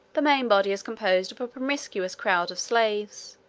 the main body is composed of a promiscuous crowd of slaves,